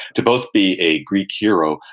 to both be a greek hero,